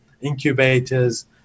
incubators